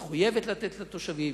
מחויבת לתת לתושבים,